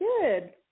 Good